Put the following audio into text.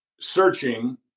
searching